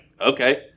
okay